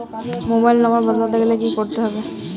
Mobile number বদলাতে গেলে কি করতে হবে?